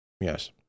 Yes